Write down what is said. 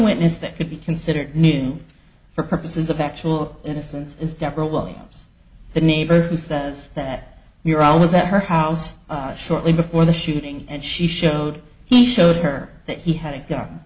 witness that could be considered meaning for purposes of actual innocence is deborah williams the neighbor who says that you're always at her house shortly before the shooting and she showed he showed her that he had a gun